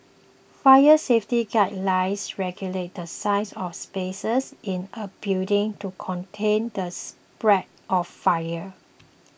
fire safety guidelines regulate the size of spaces in a building to contain the spread of fire